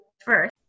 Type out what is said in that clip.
first